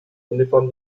uniform